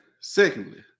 Secondly